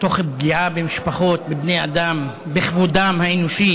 תוך פגיעה במשפחות, בבני אדם, בכבודם האנושי